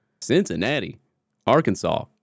Cincinnati-Arkansas